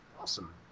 Awesome